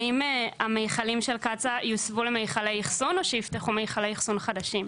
האם המכלים של קצא"א יוסבו למכלי אחסון או שיפתחו מכלי אחסון חדשים?